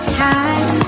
time